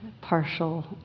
partial